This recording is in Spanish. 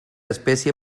especie